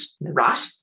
right